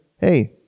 hey